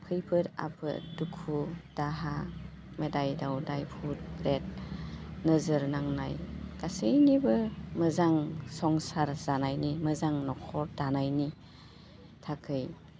खैफोद आफोद दुखु दाहा मोदाय दावदाय भुट फ्रेट नोजोर नांनाय गासैनिबो मोजां संसार जानाय मोजां न'खर दानायनि थाखाय